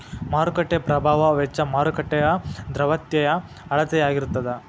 ಮಾರುಕಟ್ಟೆ ಪ್ರಭಾವ ವೆಚ್ಚ ಮಾರುಕಟ್ಟೆಯ ದ್ರವ್ಯತೆಯ ಅಳತೆಯಾಗಿರತದ